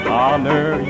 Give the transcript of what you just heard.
Honor